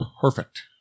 perfect